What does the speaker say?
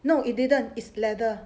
no it didn't it's leather